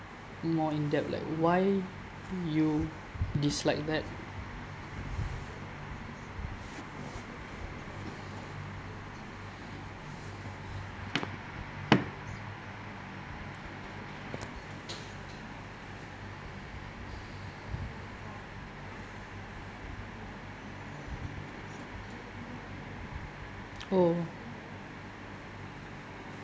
more in depth like why you dislike that oh